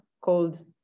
called